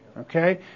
Okay